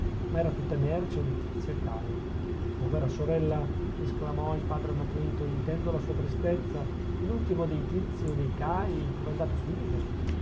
ma era tutta merce di tizio e caio povera sorella esclamò il padre anacleto intendo la sua tristezza e l'ultimo dei tizi o dei caj com'è andato a finire